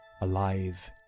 alive